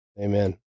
Amen